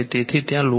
તેથી ત્યાં લોડ છે